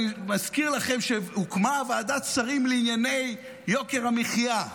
אני מזכיר לכם שהוקמה ועדת שרים לענייני יוקר המחיה.